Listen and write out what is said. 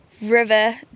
river